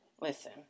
Listen